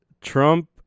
Trump